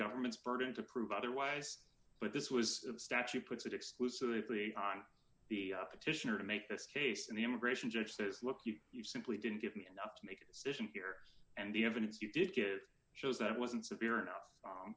government's burden to prove otherwise but this was a statute puts it exclusively on the petitioner to make this case and the immigration judge says look you you simply didn't give me enough to make a decision here and the evidence you did get shows that it wasn't severe enough